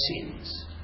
sins